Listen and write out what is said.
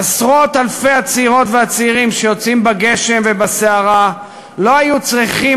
עשרות-אלפי הצעירות והצעירים שיוצאים בגשם ובסערה לא היו צריכים